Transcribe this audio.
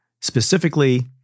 specifically